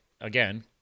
again